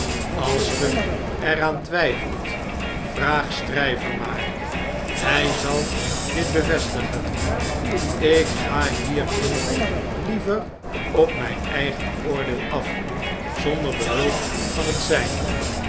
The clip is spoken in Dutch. als ge er aan twyfelt vraag stryver maar hjj zal dit bevestigen ik ga hierin liever op mijn eigen oordeel af zonder behulp van het zgne